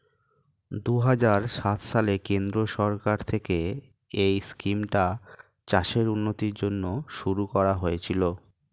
দুহাজার সাত সালে কেন্দ্রীয় সরকার থেকে এই স্কিমটা চাষের উন্নতির জন্য শুরু করা হয়েছিল